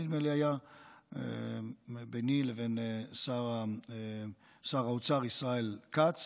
נדמה לי, ביני לבין שר האוצר ישראל כץ